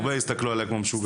הרבה הסתכלו עליי כמו משוגע.